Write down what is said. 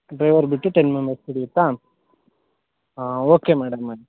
driver ಬಿಟ್ಟು ten members ಹಿಡಿಯುತ್ತಾ ಹಾಂ ಓಕೆ ಮೇಡಮ್ ಆಯಿತು